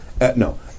No